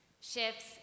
shifts